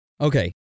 Okay